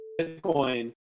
Bitcoin